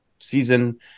season